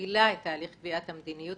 מובילה את תהליך קביעת המדיניות,